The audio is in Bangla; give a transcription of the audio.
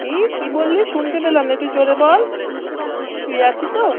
কী কী বললি শুনতে পেলাম না একটু জোরে বল শুয়ে আছি তো